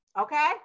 okay